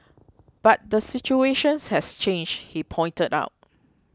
but the situation has changed he pointed out